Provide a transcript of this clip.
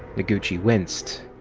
noguchi winced.